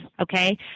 okay